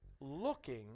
looking